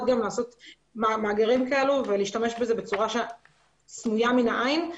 לעשות מאגרים כאלה ולהשתמש בזה בצורה סמויה מן העין.